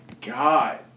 god